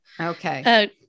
Okay